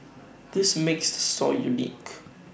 this makes the store unique